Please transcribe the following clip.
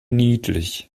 niedlich